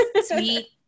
sweet